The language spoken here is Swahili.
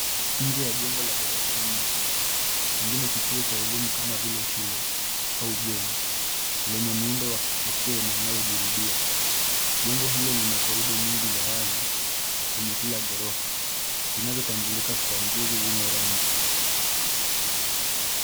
Nje ya jengo la ghorofa nyingi pengine kituo cha elimu kama vile shule au bweni lenye muundo wa kipekee na unaojirudia. Jengo hilo lina corridor nyingi za wazi kwenye kila ghorofa zinazotambulika kwa nguzo zenye rangi.